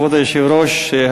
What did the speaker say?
כבוד היושב-ראש,